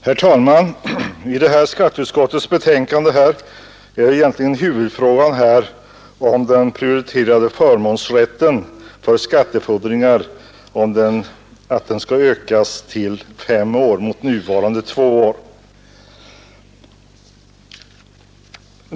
Herr talman! Huvudfrågan i detta skatteutskottets betänkande är att den prioriterade förmånsrätten för skattefordringar skall ökas till fem år mot nuvarande två år.